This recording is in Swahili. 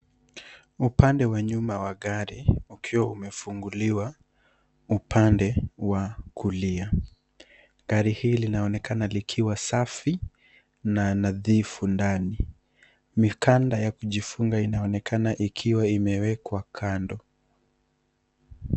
Upande wa nyuma wa gari ukiwa umefunguliwa upande wa kulia. Gari hili linaonekana likiwa safi na nadhifu ndani. Mikanda ya kijifunga inaonekana ikiwa imewekwa kando.